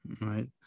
right